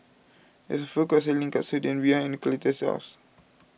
there is a food court selling Katsudon behind Cletus' house